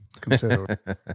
consider